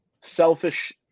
selfish